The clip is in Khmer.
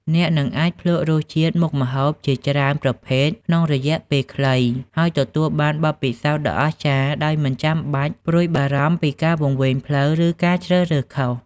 អ្នកនឹងអាចភ្លក្សរសជាតិមុខម្ហូបជាច្រើនប្រភេទក្នុងរយៈពេលខ្លី ហើយទទួលបានបទពិសោធន៍ដ៏អស្ចារ្យដោយមិនចាំបាច់ព្រួយបារម្ភពីការវង្វេងផ្លូវ ឬការជ្រើសរើសខុស។